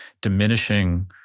diminishing